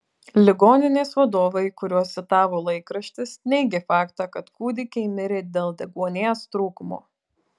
ligoninės vadovai kuriuos citavo laikraštis neigė faktą kad kūdikiai mirė dėl deguonies trūkumo